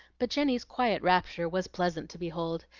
but jenny's quiet rapture was pleasant to behold.